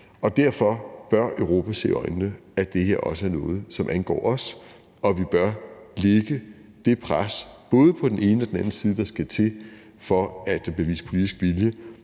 Derfor bør Europa se i øjnene, at det her også er noget, som angår os, og vi bør lægge det pres både på den ene og den anden side, der skal til, for at bevise politisk vilje;